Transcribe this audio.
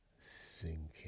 sinking